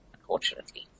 unfortunately